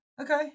okay